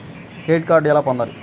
Credit card ఎలా పొందాలి?